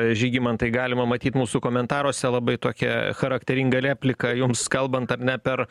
žygimantai galima matyt mūsų komentaruose labai tokią charakteringą repliką jums kalbant ar ne per